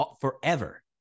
forever